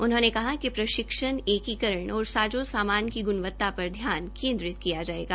उन्होंने कहा कि प्रशिक्षण एकीकरण और साजो सामान की गुणवत्ता पर ध्यान केंद्रित किया जायेगा